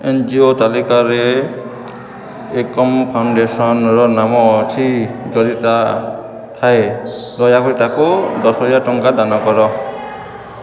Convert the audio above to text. N G O ତାଲିକାରେ ଏକମ୍ ଫାଉଣ୍ଡେସନର ନାମ ଅଛି ଯଦି ତାହା ଥାଏ ଦୟାକରି ତା'କୁ ଦଶହଜାର ଟଙ୍କା ଦାନ କର